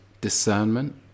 discernment